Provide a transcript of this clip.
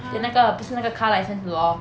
then 那个不是那个 car license 的 lor